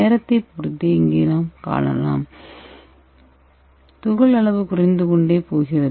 நேரத்தைப் பொறுத்து இங்கே நாம் காணலாம் துகள் அளவு குறைந்து கொண்டே போகிறது